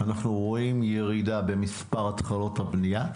אנחנו רואים ירידה במספר התחלות הבנייה,